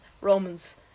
Romans